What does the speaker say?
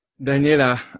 daniela